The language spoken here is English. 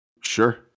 Sure